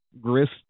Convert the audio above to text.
grist